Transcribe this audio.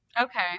okay